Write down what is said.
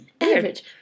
Average